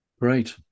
great